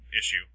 issue